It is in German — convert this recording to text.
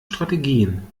strategien